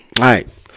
right